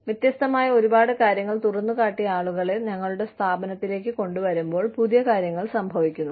വ്യത്യസ്തമായ ഒരുപാട് കാര്യങ്ങൾ തുറന്നുകാട്ടിയ ആളുകളെ ഞങ്ങളുടെ സ്ഥാപനത്തിലേക്ക് കൊണ്ടുവരുമ്പോൾ പുതിയ കാര്യങ്ങൾ സംഭവിക്കുന്നു